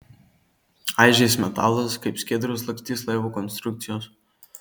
aižės metalas kaip skiedros lakstys laivo konstrukcijos